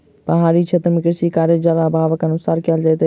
पहाड़ी क्षेत्र मे कृषि कार्य, जल अभावक अनुसार कयल जाइत अछि